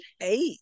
eight